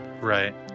Right